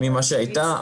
ממה שהייתה,